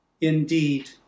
indeed